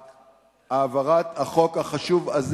בהעברת החוק החשוב הזה,